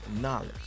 knowledge